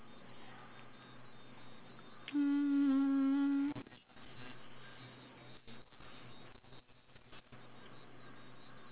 hmm